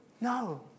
No